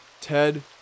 Ted